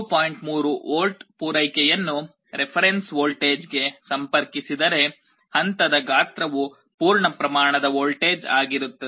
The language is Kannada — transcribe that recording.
3 ವೋಲ್ಟ್ ಪೂರೈಕೆಯನ್ನು ರೆಫರೆನ್ಸ್ ವೋಲ್ಟೇಜ್ಗೆ ಸಂಪರ್ಕಿಸಿದರೆ ಹಂತದ ಗಾತ್ರವು ಪೂರ್ಣ ಪ್ರಮಾಣದ ವೋಲ್ಟೇಜ್ ಆಗಿರುತ್ತದೆ